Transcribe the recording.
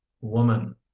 woman